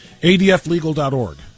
ADFlegal.org